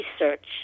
research